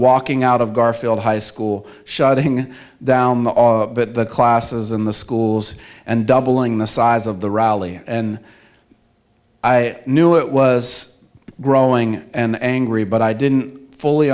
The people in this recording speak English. walking out of garfield high school shutting down the but the classes in the schools and doubling the size of the rally and i knew it was growing and angry but i didn't fully